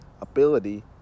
ability